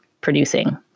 producing